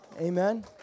Amen